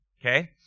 Okay